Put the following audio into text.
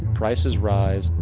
prices rise,